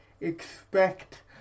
Expect